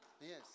Yes